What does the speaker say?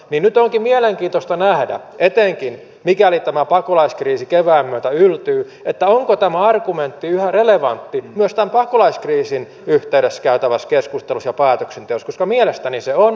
nyt onkin mielenkiintoista nähdä etenkin mikäli tämä pakolaiskriisi kevään myötä yltyy onko tämä argumentti yhä relevantti myös tämän pakolaiskriisin yhteydessä käytävässä keskustelussa ja päätöksenteossa koska mielestäni se on